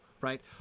right